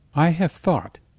i have thought,